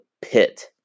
pit